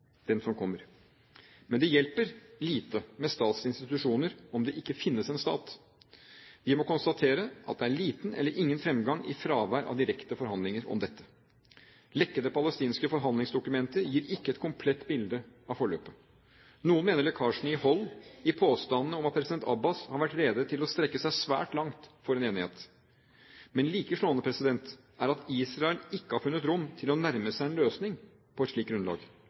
den som kommer. Det hjelper lite med statsinstitusjoner om det ikke finnes en stat. Vi må konstatere at det er liten eller ingen fremgang i fravær av direkte forhandlinger om dette. Lekkede palestinske forhandlingsdokumenter gir ikke et komplett bilde av forløpet. Noen mener lekkasjene gir hold i påstandene om at president Abbas har vært rede til å strekke seg svært langt for en enighet. Like slående er det at Israel ikke har funnet rom til å nærme seg en løsning på et slikt grunnlag.